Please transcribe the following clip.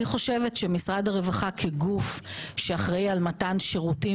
משרד הרווחה כגוף שאחראי על מתן שירותים